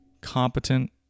competent